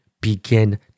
begin